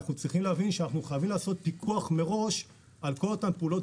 אנחנו צריכים להבין שאנחנו חייבים לעשות פיקוח מראש על כל אותן פעולות,